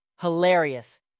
hilarious